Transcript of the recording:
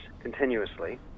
continuously